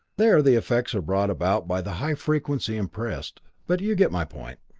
there the effects are brought about by the high frequency impressed. but you get my point.